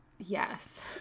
Yes